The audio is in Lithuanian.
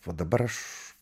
va dabar aš